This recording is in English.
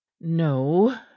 no